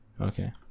okay